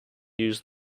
used